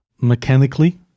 mechanically